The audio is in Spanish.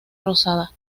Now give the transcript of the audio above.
rosada